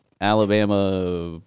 Alabama